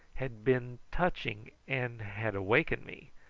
had been touching and had awakened me.